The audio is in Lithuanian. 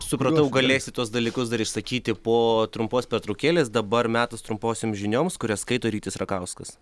supratau galėsit tuos dalykus dar išsakyti po trumpos pertraukėlės dabar metas trumposioms žinioms kurias skaito rytis rakauskas